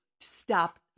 Stop